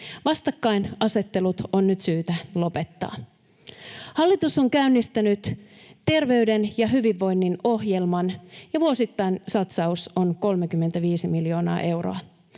Vastakkainasettelut on nyt syytä lopettaa. Hallitus on käynnistänyt terveyden ja hyvinvoinnin ohjelman, ja vuosittainen satsaus on 35 miljoonaa euroa.